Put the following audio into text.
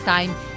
Time